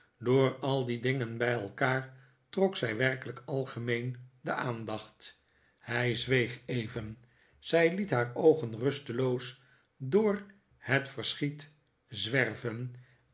door al die dingen bij elkaar trok zij werkelijk algemeen de aandacht hij zweeg even zij liet haar oogen rusteloos door het verschiet zwerven